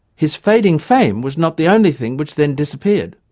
his fading fame was not the only thing which then disappeared.